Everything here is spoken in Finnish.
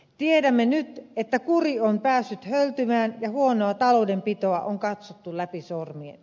tiedämme nyt että kuri on päässyt höltymään ja huonoa taloudenpitoa on katsottu läpi sormien